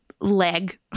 leg